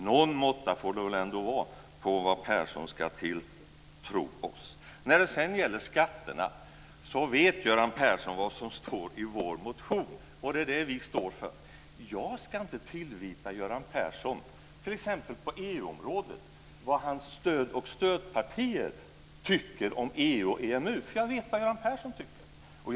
Någon måtta får det vara på vad Persson tilltror oss. När det gäller skatterna vet Göran Persson vad som står i vår motion. Det är det vi står för. Jag ska inte tillvita Göran Persson vad hans stöd och stödpartier tycker om EU och EMU, för jag vet vad Göran Persson tycker.